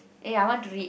eh I want to read